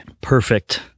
perfect